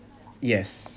yes